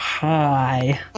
Hi